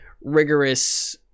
rigorous